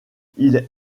ils